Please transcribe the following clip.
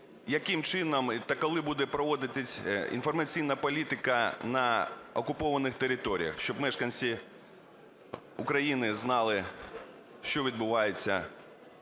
Яким чином та коли буде проводитися інформаційна політика на окупованих територіях, щоб мешканці України знали, що відбувається